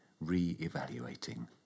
re-evaluating